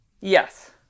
Yes